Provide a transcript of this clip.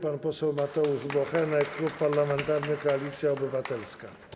Pan poseł Mateusz Bochenek, Klub Parlamentarny Koalicja Obywatelska.